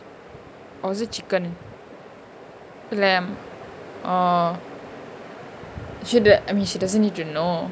or is it chicken lamb she I mean she doesn't need to know